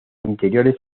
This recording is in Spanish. interiores